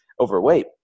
overweight